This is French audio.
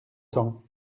temps